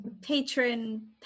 patron